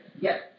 Yes